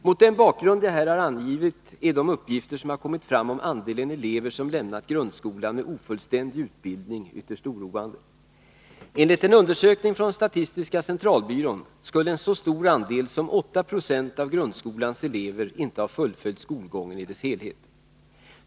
Mot den bakgrund jag här har angivit är de uppgifter som har kommit fram om andelen elever som lämnat grundskolan med ofullständig utbildning ytterst oroande. Enligt en undersökning från statistiska centralbyrån skulle en så stor andel som 8 96 av grundskolans elever inte ha fullföljt skolgången i dess helhet.